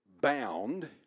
bound